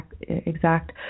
exact